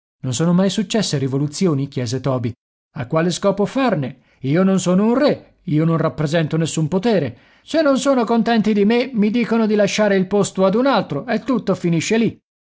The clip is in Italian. non sono mai successe rivoluzioni chiese toby a quale scopo farne io non sono un re io non rappresento nessun potere se non sono contenti di me mi dicono di lasciare il posto ad un altro e tutto finisce lì